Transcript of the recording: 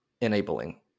enabling